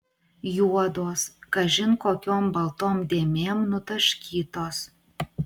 juodos kažin kokiom baltom dėmėm nutaškytos